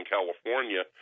California